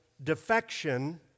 defection